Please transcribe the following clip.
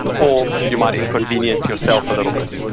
or you might inconvenience yourself a little bit,